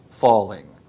falling